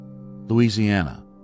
Louisiana